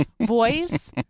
voice